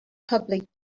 public